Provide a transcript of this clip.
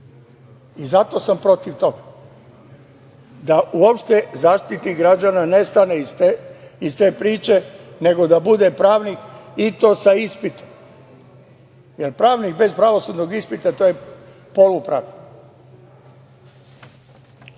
I zato sam protiv toga, da uopšte Zaštitnik građana nestane iz te priče, nego da bude pravnik i to sa ispitom, jer pravnik bez pravosudnog ispita, to je polu pravnik. Šta